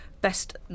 best